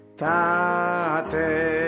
tate